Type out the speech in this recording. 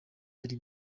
ari